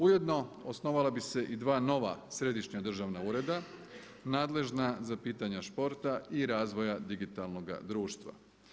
Ujedno osnovala bi se i dva nova središnja državne ureda nadležan za pitanja športa i razvoja digitalnoga društva.